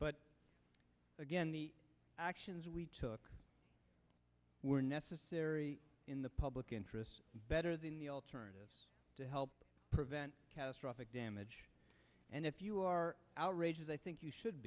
but again the actions we took were necessary in the public interest better than the alternative to help prevent catastrophic damage and if you are outraged as i think you should